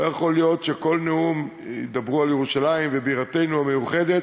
לא יכול להיות שבכל נאום ידברו על ירושלים בירתנו המאוחדת,